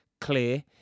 clear